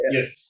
Yes